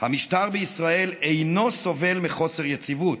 "המשטר בישראל אינו סובל מחוסר יציבות.